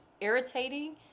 irritating